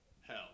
hell